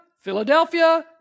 Philadelphia